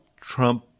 Trump